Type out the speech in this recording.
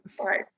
Right